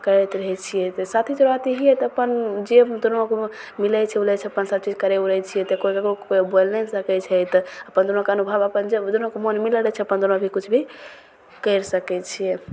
करैत रहै छिए तऽ साथी सोराथी हिए तऽ अपन जे दुनू कोनो मिलै छै उलै छै अपन सबचीज करै उरै छिए तऽ कोइ ककरो कोइ बोलि नहि ने सकै छै तऽ अपन दुनूके अनुभव अपन जे दुनूके मोन मिलल रहै छै अपन दुनूके किछु भी करि सकै छिए